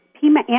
Pima